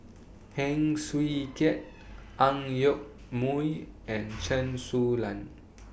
Heng Swee Keat Ang Yoke Mooi and Chen Su Lan